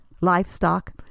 Livestock